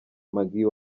maggie